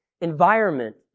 environment